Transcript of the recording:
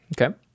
Okay